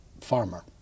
farmer